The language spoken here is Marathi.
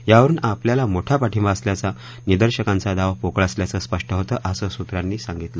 यावरुन आपल्याला मोठा पाठिंबा असल्याचा निर्दशकांचा दावा पोकळ असल्याचं स्पष्ट होतं असं सूत्रांनी सांगितलं